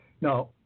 Now